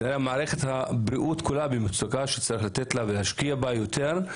וכנראה מערכת הבריאות כולה במצוקה וצריך לתת לה ולהשקיע בה יותר,